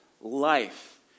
life